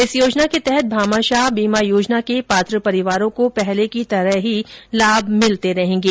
इस योजना के तहत भामाशाह बीमा योजना के पात्र परिवारों को पहले की तरह ही लाभ मिलते रहेंगे